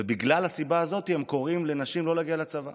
ובגלל הסיבה הזאת הם קוראים לנשים לא להגיע לצבא.